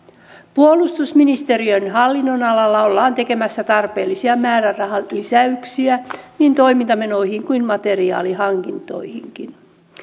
puolustusministeriön hallinnonalalla ollaan tekemässä tarpeellisia määrärahalisäyksiä niin toimintamenoihin kuin materiaalihankintoihinkin